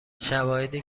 شواهدی